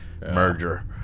merger